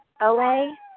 OA